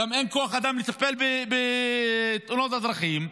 גם אין כוח אדם לטפל בתאונות הדרכים.